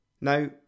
Now